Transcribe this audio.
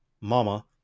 Mama